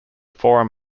forum